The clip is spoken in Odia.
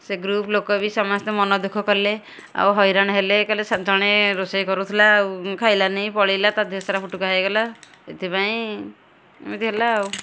ସେ ଗ୍ରୁପ୍ ଲୋକ ବି ସମସ୍ତେ ମନ ଦୁଃଖ କଲେ ଆଉ ହଇରାଣ ହେଲେ କହିଲେ ଜଣେ ରୋଷେଇ କରୁଥୁଲା ଆଉ ଖାଇଲାନି ପଳେଇଲା ତା ଦେହ ସାରା ଫୁଟୁକା ହେଇଗଲା ଏଥିପାଇଁ ଏମିତି ହେଲା ଆଉ